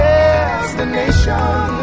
Destination